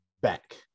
back